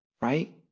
right